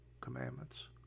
commandments